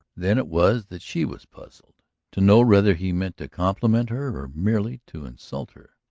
then it was that she was puzzled to know whether he meant to compliment her or merely to insult her.